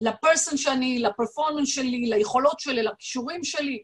לפרסון שאני, לפרפורמנס שלי, ליכולות שלי, לקישורים שלי.